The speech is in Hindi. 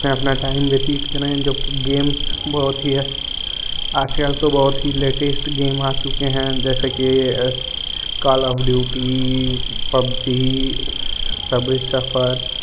अपना टाइम व्यतीत करें जबकि गेम बहुत ही आजकल तो बहुत ही लेटेस्ट गेम आ चुके हैं जैसे कि skull call of duty PUBG subway suffer